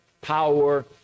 power